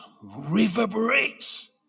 reverberates